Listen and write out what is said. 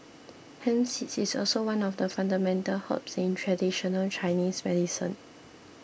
hemp seed is also one of the fundamental herbs in traditional Chinese medicine